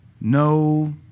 no